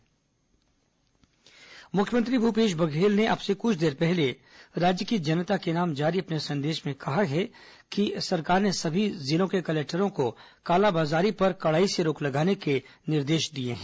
corona मुख्यमंत्री संबोधन मुख्यमंत्री भूपेश बघेल ने अब से कुछ देर पहले राज्य की जनता के नाम जारी अपने संदेश में कहा है कि सरकार ने सभी जिलों के कलेक्टरों को कालाबाजारी पर कड़ाई से रोक लगाने के निर्देश दिए हैं